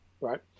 Right